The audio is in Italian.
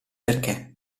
perché